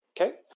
Okay